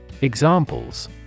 Examples